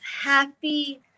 happy